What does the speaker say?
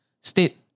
state